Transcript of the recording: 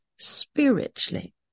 Spiritually